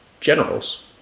generals